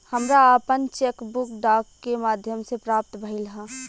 हमरा आपन cheque book डाक के माध्यम से प्राप्त भइल ह